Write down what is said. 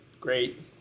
great